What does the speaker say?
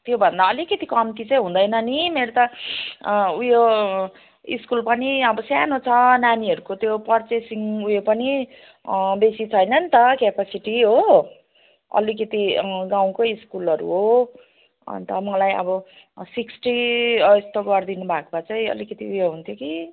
त्योभन्दा अलिकति कम्ती चाहिँ हुँदैन नि मेरो त ऊ यो स्कुल पनि अब सानो छ नानीहरूको त्यो पर्चेसिङ ऊ यो पनि बेसी छैन नि त क्यापासिटी हो अलिकति गाउँकै स्कुलहरू हो अनि त मलाई अब सिक्स्टी यस्तो गर्दिनुभएको भए चाहिँ अलिकति यो हुन्थ्यो कि